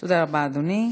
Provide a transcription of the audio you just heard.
תודה רבה, אדוני.